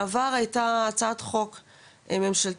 בעבר היתה הצעת חוק ממשלתית,